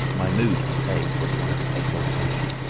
my mood, i say, was one of exaltation.